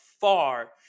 far